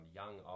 young